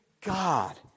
God